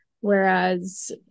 whereas